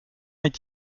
est